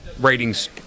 ratings